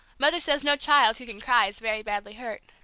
mother says no child who can cry is very badly hurt.